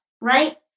right